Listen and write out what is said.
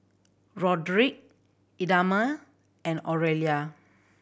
Roderic Idamae and Oralia